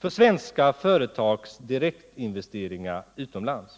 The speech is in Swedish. för svenska företags direktinvesteringar utomlands.